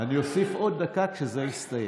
אני אוסיף עוד דקה כשזה יסתיים.